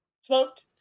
smoked